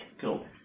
Cool